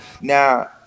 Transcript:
Now